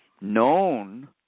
known